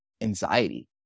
anxiety